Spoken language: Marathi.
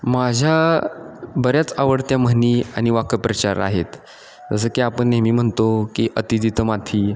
माझ्या बऱ्याच आवडत्या म्हणी आणि वाक्प्रचार आहेत जसं की आपण नेहमी म्हणतो की अति तिथं माती